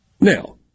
Now